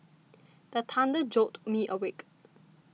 the thunder jolt me awake